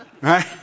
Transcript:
Right